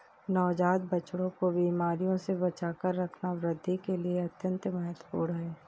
नवजात बछड़ों को बीमारियों से बचाकर रखना वृद्धि के लिए अत्यंत महत्वपूर्ण है